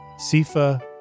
Sifa